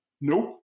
Nope